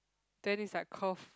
then it's like curve